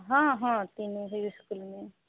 हँ हँ तीनो ओहि इसकुलमे यऽ